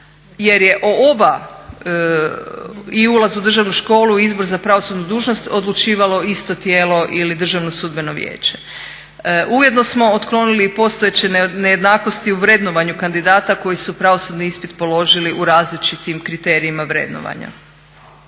jer je o oba, i ulaz u državnu školu i izbor za pravosudnu dužnost, odlučivalo isto tijelo ili DSV. Ujedno smo otklonili i postojeće nejednakosti u vrednovanju kandidata koji su pravosudni ispit položili u različitim kriterijima vrednovanja.